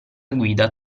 guida